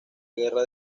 guerra